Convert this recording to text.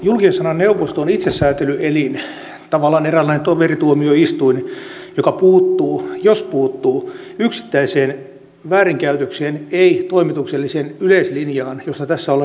julkisen sanan neuvosto on itsesäätelyelin tavallaan eräänlainen toverituomioistuin joka puuttuu jos puuttuu yksittäiseen väärinkäytökseen ei toimitukselliseen yleislinjaan josta tässä ollaan nyt keskusteltu